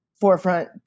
forefront